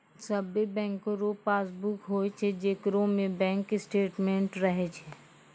सभे बैंको रो पासबुक होय छै जेकरा में बैंक स्टेटमेंट्स रहै छै